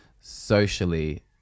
socially